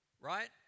Right